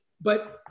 but-